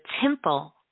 temple